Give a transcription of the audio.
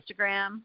Instagram